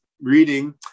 reading